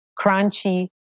crunchy